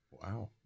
Wow